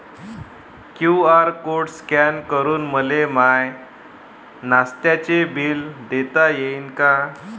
QR code scan करून मले माय नास्त्याच बिल देता येईन का?